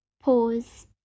pause